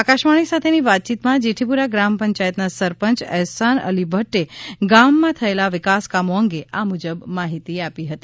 આકાશવાણી સાથેની વાતચીતમા જેઠીપુરા ગ્રામ પંચાયતના સરપંચ એહસાન અલી ભદ્દે ગામમાં થયેલા વિકાસકામો અંગે આ મુજબ માહિતી આપી હતી